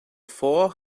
four